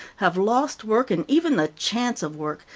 have lost work and even the chance of work,